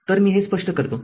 तर मी हे स्पष्ट करतो